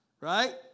Right